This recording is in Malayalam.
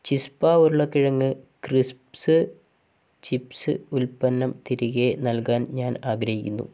ചിസ്പ ഉരുളക്കിഴങ്ങ് ക്രിസ്പ്സ് ചിപ്സ് ഉൽപ്പന്നം തിരികെ നൽകാൻ ഞാൻ ആഗ്രഹിക്കുന്നു